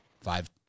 five